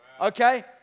okay